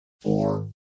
four